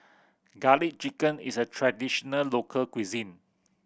Garlic Chicken is a traditional local cuisine